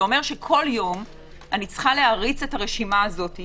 זה אומר שכל יום אני צריכה להריץ את הרשימה הזאת,